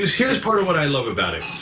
here's part of what i love about it.